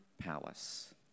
palace